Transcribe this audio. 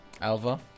Alva